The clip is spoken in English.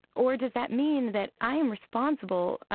or does that mean that i am responsible,